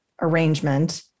arrangement